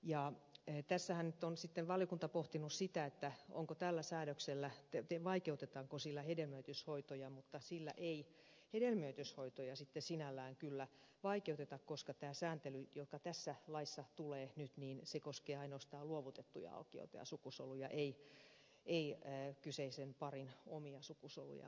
tässähän nyt on sitten valiokunta pohtinut sitä vaikeutetaanko tällä säädöksellä hedelmöityshoitoja mutta sillä ei hedelmöityshoitoja sinällään kyllä vaikeuteta koska tämä sääntely joka tässä laissa tulee nyt koskee ainoastaan luovutettuja alkioita ja sukusoluja ei kyseisen parin omia sukusoluja ja alkioita